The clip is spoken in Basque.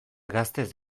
gaztez